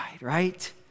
right